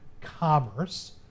commerce